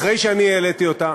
אחרי שאני העליתי אותה,